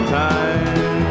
time